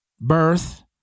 birth